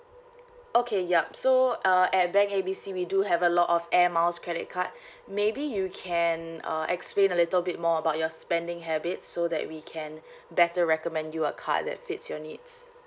okay yup so uh at bank A B C we do have a lot of air miles credit card maybe you can uh explain a little bit more about your spending habits so that we can better recommend you a card that fits your needs